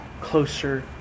closer